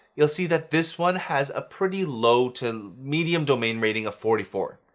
you'll see that this one has a pretty low to medium domain rating of forty four.